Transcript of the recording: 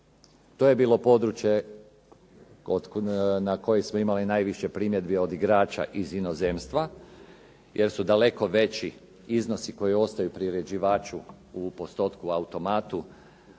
To je bilo područje na kojem smo imali najviše primjedbi od igrača iz inozemstva jer su daleko veći iznosi koji ostaju priređivaču u postotku automatu